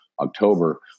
October